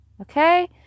okay